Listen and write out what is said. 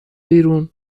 بیرون